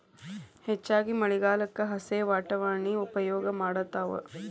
ಹೆಚ್ಚಾಗಿ ಮಳಿಗಾಲಕ್ಕ ಹಸೇ ವಟಾಣಿನ ಉಪಯೋಗ ಮಾಡತಾತ